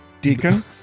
deacon